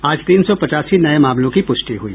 आज तीन सौ पचासी नये मामलों की प्रष्टि हुई